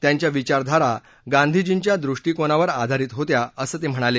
त्यांच्या विचारधारा गांधीजींच्या दृष्टिकोनावर आधारित होत्या असं ते म्हणाले